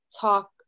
talk